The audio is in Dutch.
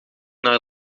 naar